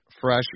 fresh